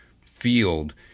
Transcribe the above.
field